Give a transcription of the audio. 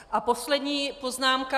A poslední poznámka.